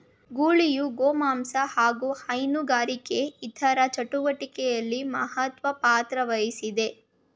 ಗೂಳಿಯು ಗೋಮಾಂಸ ಹಾಗು ಹೈನುಗಾರಿಕೆ ಇತರ ಚಟುವಟಿಕೆಲಿ ಮಹತ್ವ ಪಾತ್ರವಹಿಸ್ತದೆ